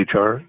HR